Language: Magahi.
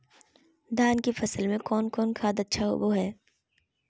धान की फ़सल में कौन कौन खाद अच्छा होबो हाय?